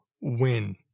win